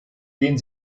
den